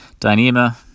Dyneema